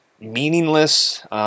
meaningless